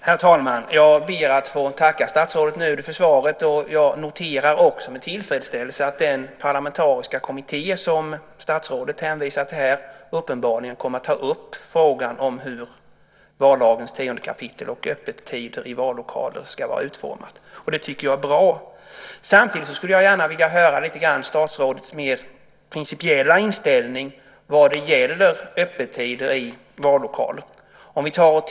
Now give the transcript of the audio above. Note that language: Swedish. Herr talman! Jag ber att få tacka statsrådet Nuder för svaret. Jag noterar med tillfredsställelse att den parlamentariska kommitté som statsrådet hänvisar till uppenbarligen kommer att ta upp frågan om hur vallagens 10 kap. om öppettider i vallokaler ska vara utformat. Det tycker jag är bra. Samtidigt skulle jag gärna vilja höra statsrådets mer principiella inställning vad gäller öppettider i vallokaler.